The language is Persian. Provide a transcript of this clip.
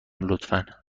لطفا